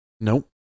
Nope